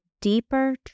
deeper